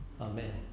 Amen